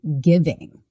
giving